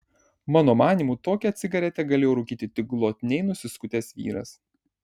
mano manymu tokią cigaretę galėjo rūkyti tik glotniai nusiskutęs vyras